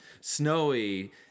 snowy